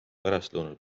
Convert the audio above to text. pärastlõunal